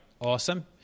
awesome